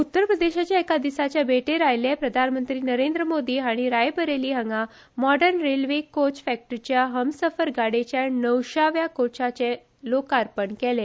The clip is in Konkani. उत्तरप्रदेशाच्या एका दिसाच्या भेटीर आयिल्ले प्रधानमंत्री नरेंद्र मोदी हाणी रायबरेली हांगासरल्या मॉडर्न रेल्वे कोच फॅक्टरीच्या हमसफर गाडयेच्या णवशेव्या कोचाचे लोकार्पण केले